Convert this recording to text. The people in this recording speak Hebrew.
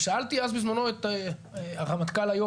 ושאלתי אז בזמנו את הרמטכ"ל היום,